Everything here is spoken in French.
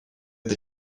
des